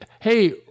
hey